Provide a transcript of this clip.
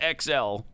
XL